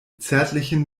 zärtlichen